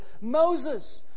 Moses